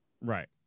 right